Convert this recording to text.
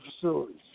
facilities